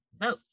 vote